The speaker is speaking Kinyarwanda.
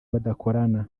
badakorana